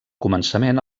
començament